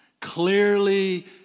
Clearly